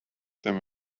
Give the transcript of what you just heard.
them